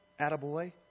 attaboy